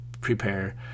prepare